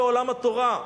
בעולם התורה.